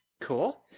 cool